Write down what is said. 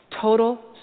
total